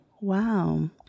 wow